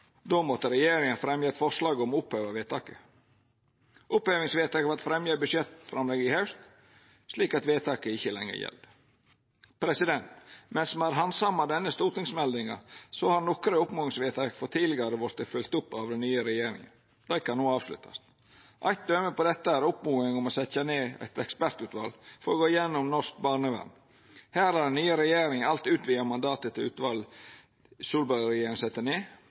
då måtte regjeringa fremja eit forslag om å oppheva vedtaket. Opphevingsvedtaket vart fremja i budsjettframlegget i haust, slik at vedtaket ikkje lenger gjeld. Mens me har handsama denne stortingsmeldinga, har nokre oppmodingsvedtak frå tidlegare vorte følgt opp av den nye regjeringa. Dei kan no avsluttast. Eit døme på dette er oppmodinga om å setja ned eit ekspertutval for å gå igjennom norsk barnevern. Her har den nye regjeringa alt utvida mandatet til utvalet som Solberg-regjeringa sette ned,